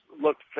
looked